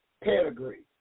Pedigree